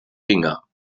finger